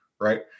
right